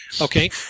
Okay